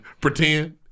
pretend